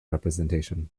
representation